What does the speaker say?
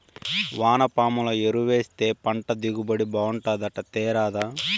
వానపాముల ఎరువేస్తే పంట దిగుబడి బాగుంటాదట తేరాదా